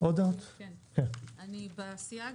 אני בסייג